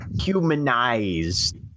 humanized